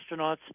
astronauts